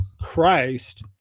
Christ